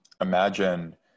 imagine